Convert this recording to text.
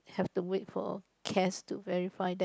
have to wait for cast to verify that